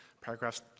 paragraphs